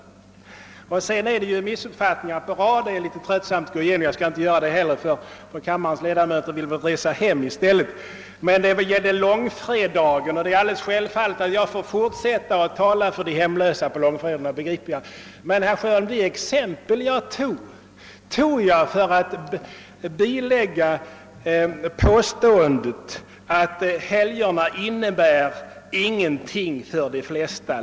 Herr Sjöholm gjorde sig skyldig till en missuppfattning, men jag skall inte ta upp det, eftersom kammarens ledamöter väl hellre vill resa hem än höra på mig. Vad beträffar långfredagen får jag visst fortsätta att tala för de hemlösa. Men de exempel jag anförde tog jag upp för att vederlägga påståendet att »helgerna inte längre innebär någonting för de flesta».